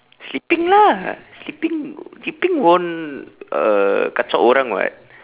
sleeping lah sleeping sleeping won't uh kacau orang [what]